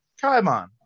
Kaimon